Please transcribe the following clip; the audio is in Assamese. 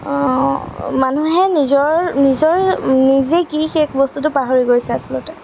মানুহে নিজৰ নিজৰ নিজে কি সেই বস্তুটো পাহৰি গৈছে আচলতে